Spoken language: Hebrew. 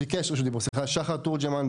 ביקש רשות הדיבור שחר תורג'מן,